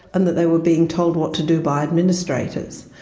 and that they were being told what to do by administrators.